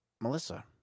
Melissa